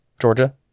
Georgia